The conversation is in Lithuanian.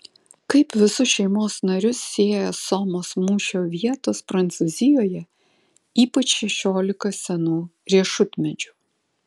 kaip visus šeimos narius sieja somos mūšio vietos prancūzijoje ypač šešiolika senų riešutmedžių